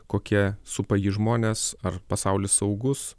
kokie supa jį žmones ar pasaulis saugus